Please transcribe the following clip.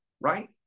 right